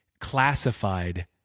classified